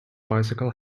bicycle